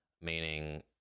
meaning